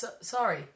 Sorry